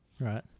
Right